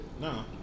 No